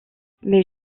mais